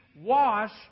wash